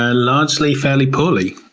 ah largely, fairly poorly.